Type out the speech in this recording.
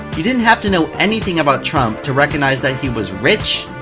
you didn't have to know anything about trump, to recognize that he was rich,